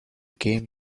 game